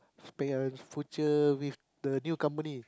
future with the new company